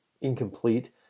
incomplete